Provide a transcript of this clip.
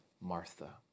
Martha